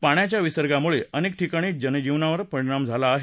पाण्याच्या विसर्गामुळे अनेक ठिकाणी जनजीवनावर परिणाम झाला आहे